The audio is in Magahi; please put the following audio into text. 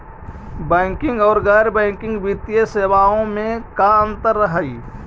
बैंकिंग और गैर बैंकिंग वित्तीय सेवाओं में का अंतर हइ?